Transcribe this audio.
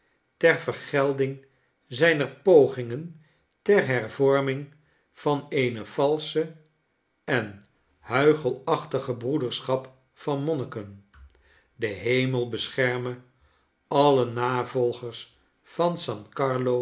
ter vergelding zijner pogingen ter hervorming van eene valsche en hnichelachtige broederschap van monniken de hemel bescherme alle navolgers van